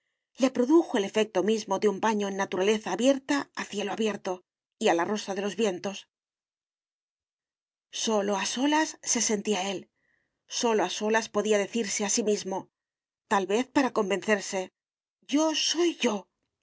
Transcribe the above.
le produjo el efecto mismo de un baño en naturaleza abierta a cielo abierto y a la rosa de los vientos sólo a solas se sentía él sólo a solas podía decirse a sí mismo tal vez para convencerse yo soy yo